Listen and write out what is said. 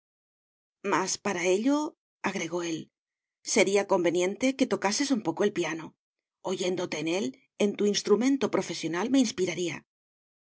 mas para elloagregó élsería conveniente que tocases un poco el piano oyéndote en él en tu instrumento profesional me inspiraría